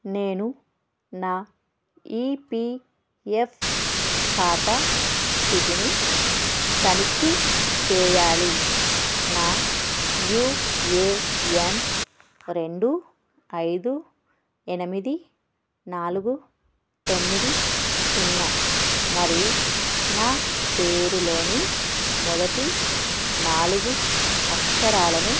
నేను నా ఈ పీ ఎఫ్ ఖాతా స్థితిని తనిఖీ చేయాలి నా యూ ఏ ఎన్ రెండు ఐదు ఎనిమిది నాలుగు తొమ్మిది సున్నా మరియు నా పేరులోని మొదటి నాలుగు అక్షరాలను